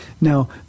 Now